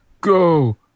go